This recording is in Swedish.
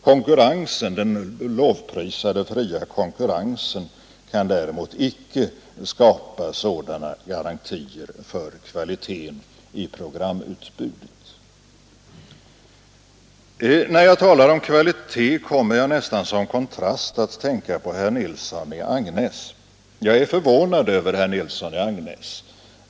Konkurrensen — den lovprisade fria konkurrensen — kan däremot icke skapa sådana garantier för kvaliteten i programutbudet. När jag talar om kvalitet kommer jag nästan som kontrast att tänka på herr Nilsson i Agnäs. Jag är förvånad över herr Nilsson i Agnäs!